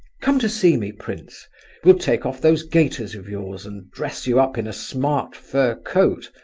come to see me, prince we'll take off those gaiters of yours and dress you up in a smart fur coat,